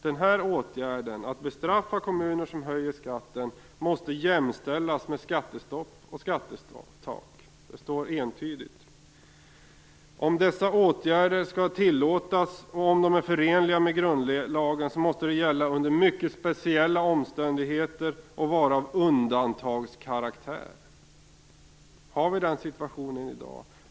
Den här åtgärden - att bestraffa kommuner som höjer skatten - måste jämställas med skattestopp och skattetak. Så står det entydigt. Om dessa åtgärder skall tillåtas och vara förenliga med grundlagen måste de gälla under mycket speciella omständigheter och vara av undantagskaraktär. Har vi den situationen i dag?